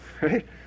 Right